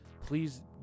please